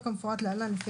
שזה עולם הבריאות,